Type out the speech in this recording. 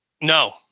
no